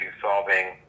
solving